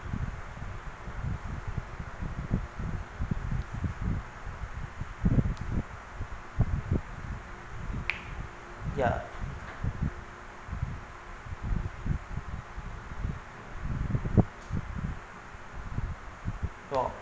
ya for